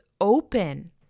open